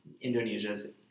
Indonesia's